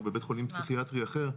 או בבי"ח פסיכיאטרי אחר,